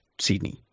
Sydney